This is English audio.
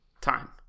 Time